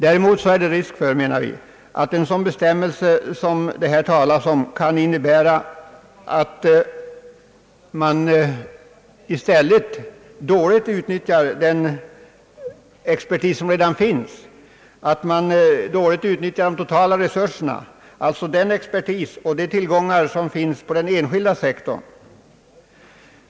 Däremot är det risk för — menar vi — att en sådan bestämmelse som det här talas om kan innebära, att man i stället på ett otillfredsställande sätt utnyttjar de totala resurserna, alltså den expertis och de tillgångar som finns på den enskilda sektorn.